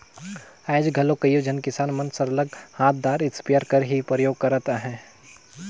आएज घलो कइयो झन किसान मन सरलग हांथदार इस्पेयर कर ही परयोग करत अहें